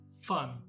Fun